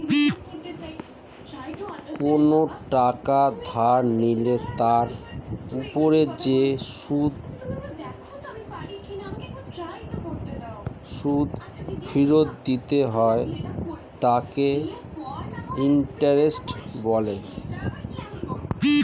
কোনো টাকা ধার নিলে তার উপর যে সুদ ফেরত দিতে হয় তাকে ইন্টারেস্ট বলে